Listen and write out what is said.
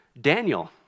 Daniel